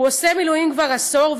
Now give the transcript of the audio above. הוא עושה מילואים כבר עשור,